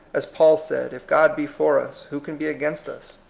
as paul said, if god be for us, who can be against us?